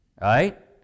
Right